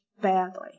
badly